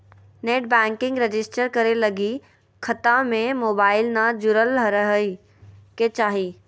net banking register करे लगी खता में मोबाईल न जुरल रहइ के चाही